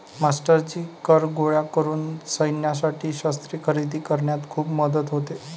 मास्टरजी कर गोळा करून सैन्यासाठी शस्त्रे खरेदी करण्यात खूप मदत होते